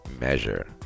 measure